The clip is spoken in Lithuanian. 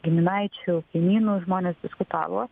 giminaičių kaimynų žmonės diskutavo